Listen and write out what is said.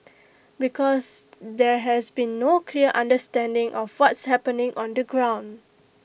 because there has been no clear understanding of what's happening on the ground